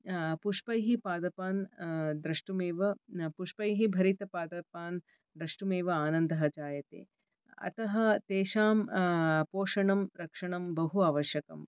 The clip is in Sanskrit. पुष्पैः पादपान् द्रष्टुमेव पुष्पैः भरितपादपान् द्रष्टुमेव आनन्दः जायते अतः तेषां पोषणं रक्षणं बहु आवश्यकम्